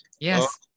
Yes